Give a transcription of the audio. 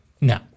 No